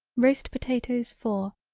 roast potatoes for.